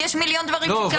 יש מיליון דברים שאפשר לעשות.